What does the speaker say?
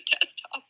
desktop